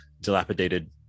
dilapidated